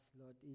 Lord